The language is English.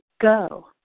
go